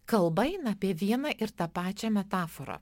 kalba eina apie vieną ir tą pačią metaforą